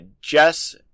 Jess